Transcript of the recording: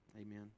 Amen